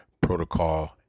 protocol